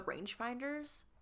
rangefinders